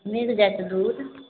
मिल जाएत दूध